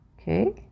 okay